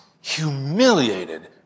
humiliated